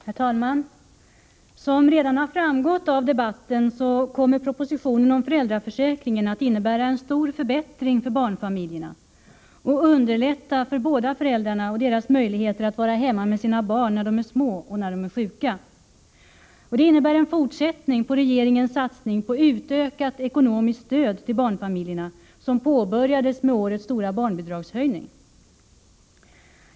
Herr talman! Som redan framgått av debatten kommer propositionen om föräldraförsäkringen att innebära en stor förbättring för barnfamiljerna och öka möjligheterna för båda föräldrarna att vara hemma med sina barn när de är små och när de är sjuka. Den innebär en fortsättning på regeringens satsning på utökat ekonomiskt stöd till barnfamiljerna, som påbörjades med årets stora barnbidragshöjning.